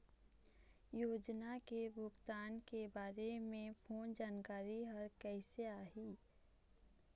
योजना के भुगतान के बारे मे फोन जानकारी हर कइसे आही?